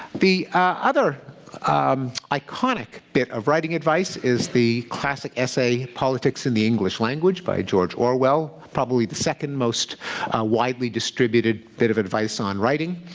the ah other um iconic bit of writing advice is the classic essay, politics and the english language by george orwell, probably the second-most widely distributed bit of advice on writing.